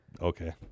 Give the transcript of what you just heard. okay